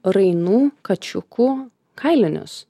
rainų kačiukų kailinius